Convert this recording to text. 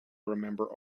remember